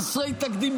חסרי תקדים,